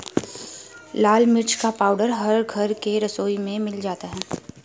लाल मिर्च का पाउडर हर घर के रसोई में मिल जाता है